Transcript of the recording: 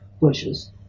bushes